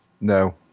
No